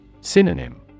Synonym